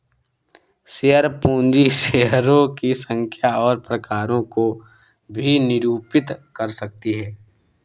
share पूंजी शेयरों की संख्या और प्रकारों को भी निरूपित कर सकती है